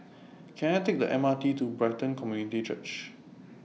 Can I Take The MRT to Brighton Community Church